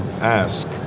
ask